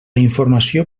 informació